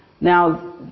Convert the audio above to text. Now